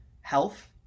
health